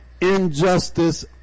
injustice